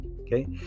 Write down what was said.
okay